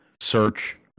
search